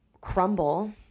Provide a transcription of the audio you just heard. crumble